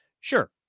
Sure